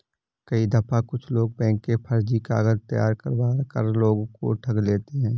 कई दफा कुछ लोग बैंक के फर्जी कागज तैयार करवा कर लोगों को ठग लेते हैं